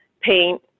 paint